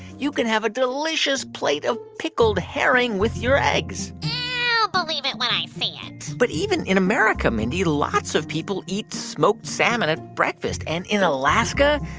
you can have a delicious plate of pickled herring with your eggs i'll believe it when i see it but even in america, mindy, lots of people eat smoked salmon at breakfast. and in alaska,